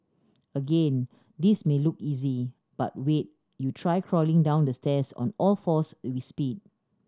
again this may look easy but wait you try crawling down the stairs on all fours with speed